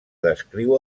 descriu